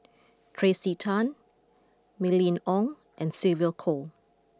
Tracey Tan Mylene Ong and Sylvia Kho